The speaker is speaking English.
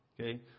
Okay